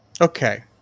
Okay